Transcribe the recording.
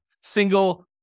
single